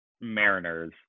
mariners